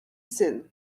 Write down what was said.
syn